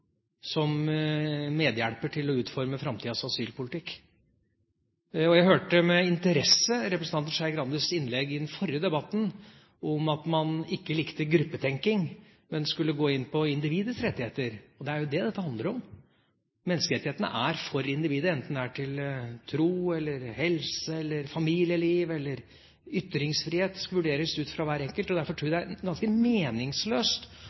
hjelper til med å utforme framtidas asylpolitikk. Jeg hørte med interesse representanten Skei Grandes innlegg i den forrige debatten, om at man ikke likte gruppetenkning, men skulle gå inn på individets rettigheter, og det er jo det dette handler om. Menneskerettighetene er jo for individet, enten det er tro, helse, familieliv eller ytringsfrihet. Det skal vurderes ut fra hver enkelt, og derfor tror jeg det er ganske meningsløst